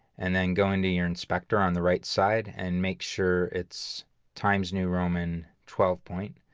and then go into your inspector on the right side and make sure it's times new roman twelve point,